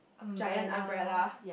giant umbrella